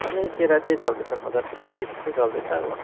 अहिले केरा त्यही चल्दैछ पचास साठी त्यस्तै चल्दैछ अब